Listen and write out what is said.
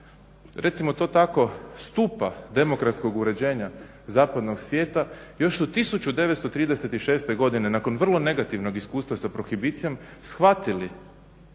recimo to tako, stupa demokratskog uređenja zapadnog svijeta još su 1936. godine nakon vrlo negativnog iskustva sa prohibicijom shvatili